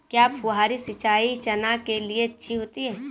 क्या फुहारी सिंचाई चना के लिए अच्छी होती है?